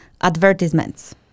advertisements